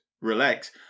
relax